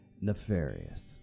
nefarious